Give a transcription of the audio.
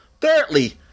Thirdly